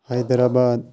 Hyderabad